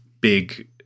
big